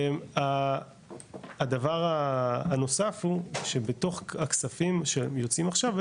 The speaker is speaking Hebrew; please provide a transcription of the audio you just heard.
הדבר הנוסף הוא שבתוך הכספים שיוצאים עכשיו,